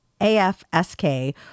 AFSK